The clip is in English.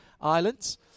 Islands